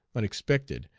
unexpected,